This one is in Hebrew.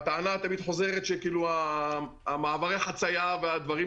הטענה שתמיד חוזרת היא שמעברי החציה ושאר הסימנים